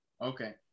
Okay